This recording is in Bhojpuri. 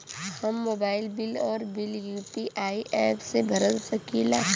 हम मोबाइल बिल और बिल यू.पी.आई एप से भर सकिला